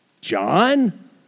john